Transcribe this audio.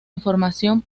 información